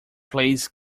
plays